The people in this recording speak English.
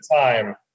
time